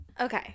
okay